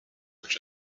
which